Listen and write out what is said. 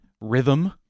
rhythm